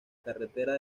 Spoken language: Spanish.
carretera